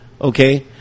okay